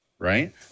Right